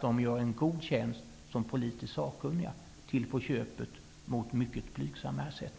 De gör en god tjänst som politiskt sakkunniga, till på köpet mot mycket blygsam ersättning.